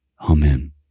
Amen